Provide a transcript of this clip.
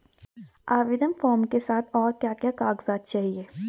आवेदन फार्म के साथ और क्या क्या कागज़ात चाहिए?